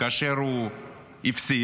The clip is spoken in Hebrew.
כאשר הוא הפסיד?